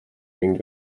ning